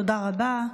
תודה רבה.